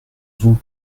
vous